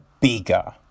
bigger